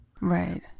right